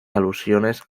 alusiones